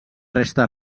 resta